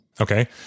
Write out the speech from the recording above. Okay